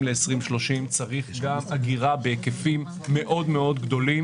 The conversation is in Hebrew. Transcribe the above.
ל-2030 צריך גם אגירה בהיקפים גדולים מאוד.